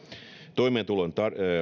toimeentulon